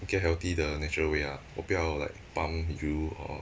get healthy the natural way ah 我不要 like pump 油 or